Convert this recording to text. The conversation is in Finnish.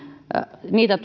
niitä